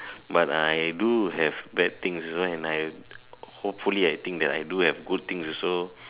but I do have bad things also and I hopefully I think that I do have good things also